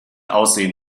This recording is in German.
aussehen